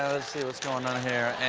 see what's going on here. and